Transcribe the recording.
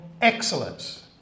Excellence